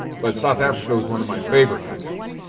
but south africa was one of my favorite countries.